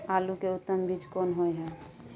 आलू के उत्तम बीज कोन होय है?